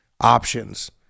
options